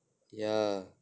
ya